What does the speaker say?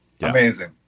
Amazing